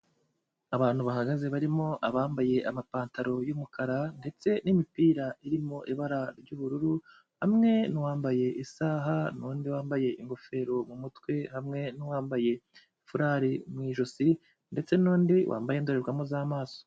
Abantu bahagaze barimo abambaye amapantaro y'umukara ndetse n'imipira irimo ibara ry'ubururu, hamwe n'uwambaye isaha n'undi wambaye ingofero mu mutwe, hamwe n'uwambaye forari mu ijosi ndetse n'undi wambaye indorerwamo z'amaso.